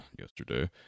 yesterday